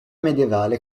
medievale